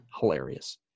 hilarious